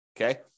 okay